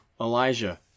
Elijah